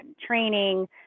training